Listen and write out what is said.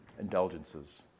indulgences